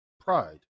pride